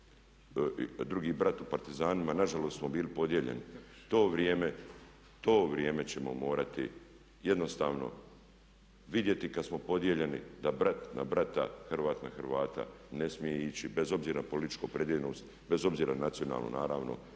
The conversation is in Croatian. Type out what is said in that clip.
drugi brat u partizanima. Nažalost, smo bili podijeljeni. To vrijeme ćemo morati jednostavno vidjeti kad smo podijeljeni da brat na brata, Hrvat na Hrvata ne smije ići bez obzira na političku opredijeljenost, bez obzira na nacionalnu naravno